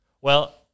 Well-